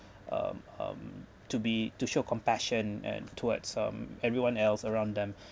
um um to be to show compassion and towards um everyone else around them